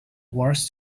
wars